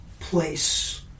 place